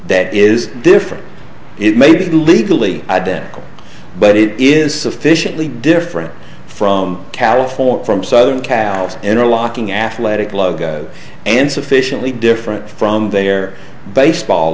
that is different it may be legally identical but it is sufficiently different from california from southern cal interlocking athletic logos and sufficiently different from their baseball